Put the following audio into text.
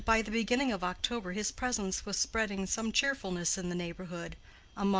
and by the beginning of october his presence was spreading some cheerfulness in the neighborhood,